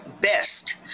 best